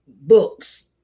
books